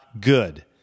good